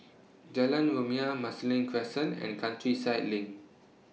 Jalan Rumia Marsiling Crescent and Countryside LINK